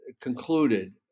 concluded